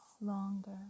longer